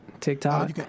TikTok